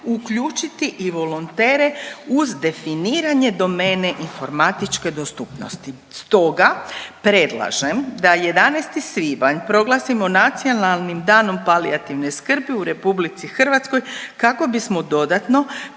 uključiti i volontere uz definiranje domene informatičke dostupnosti. Stoga predlažem da 11. svibanj proglasimo Nacionalnim danom palijativne skrbi u Republici Hrvatskoj kako bismo dodatno